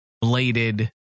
bladed